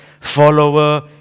follower